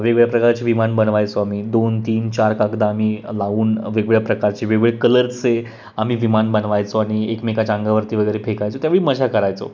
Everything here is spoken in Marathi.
वेगवेगळ्या प्रकारचे विमान बनवायचो आम्ही दोन तीन चार कागद आम्ही लावून वेगवेळ्या प्रकारचे वेगवेगळे कलर्सचे आम्ही विमान बनवायचो आणि एकमेकाच्या अंगावरती वगैरे फेकायचो त्यावेळी मजा करायचो